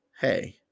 Hey